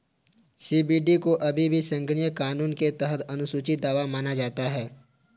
CBD को अभी भी संघीय कानून के तहत अनुसूची दवा माना जाता है